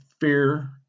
fear